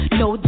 no